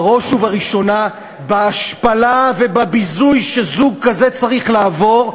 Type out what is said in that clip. בראש ובראשונה בהשפלה ובביזוי שזוג כזה צריך לעבור,